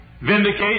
vindicate